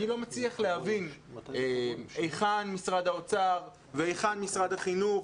אני לא מצליח להבין היכן משרד האוצר והיכן משרד החינוך.